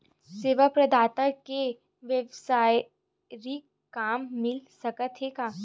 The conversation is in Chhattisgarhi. सेवा प्रदाता के वेवसायिक काम मिल सकत हे का?